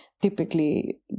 typically